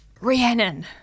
Rhiannon